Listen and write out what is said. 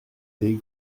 des